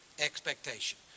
expectation